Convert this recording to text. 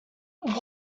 what